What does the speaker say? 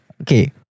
okay